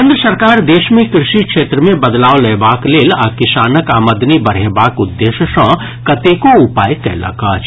केंद्र सरकार देश मे कृषि क्षेत्र मे बदलाव लयबाक लेल आ किसानक आमदनी बढ़ेबाक उद्देश्य सँ कतेको उपाय कयलक अछि